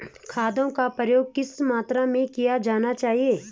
खादों का प्रयोग किस मात्रा में किया जाना चाहिए?